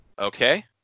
Okay